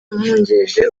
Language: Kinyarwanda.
umwungirije